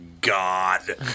God